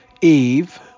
Eve